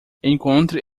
encontre